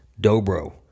Dobro